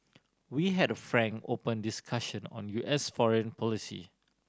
we had a frank open discussion on U S foreign policy